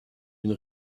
une